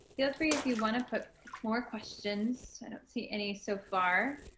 you're free if you want to put more questions. i don't see any so far.